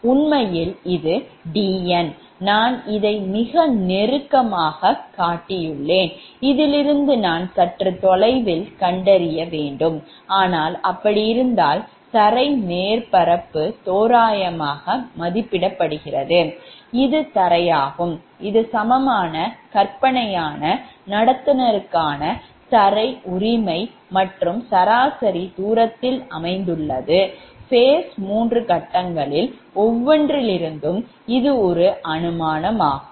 உண்மையில் இது 𝐷𝑛 நான் இதை மிக நெருக்கமாகக் காட்டியுள்ளேன் இதிலிருந்து நான் சற்று தொலைவில் காட்டியிருக்க வேண்டும் ஆனால் எப்படியிருந்தாலும் தரை மேற்பரப்பு தோராயமாக மதிப்பிடப்படுகிறது இது தரையாகும் இது சமமான கற்பனையான நடத்துனருக்கான தரை உரிமை மற்றும் சராசரி தூரத்தில் அமைந்துள்ளது Phase மூன்று கட்டங்களில் ஒவ்வொன்றிலிருந்தும் இது ஒரு அனுமானமாகும்